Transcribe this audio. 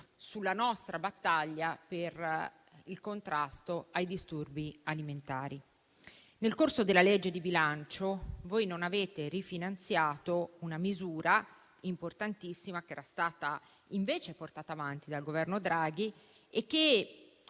sulla nostra battaglia per il contrasto ai disturbi alimentari. Nel corso della legge di bilancio voi non avete rifinanziato una misura importantissima, che era stata invece portata avanti dal Governo Draghi e che